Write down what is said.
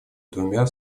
двумя